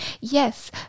yes